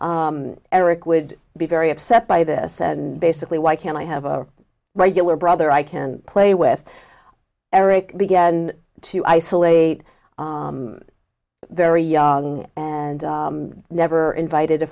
erik would be very upset by this and basically why can't i have a regular brother i can play with erik began to isolate very young and never invited a